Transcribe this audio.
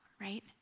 right